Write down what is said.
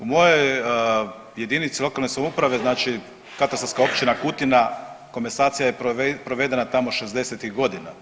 U mojoj jedinici lokalne samouprave znači katastarska općina Kutina komasacija je provedena tamo '60.-ih godina.